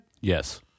Yes